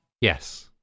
Yes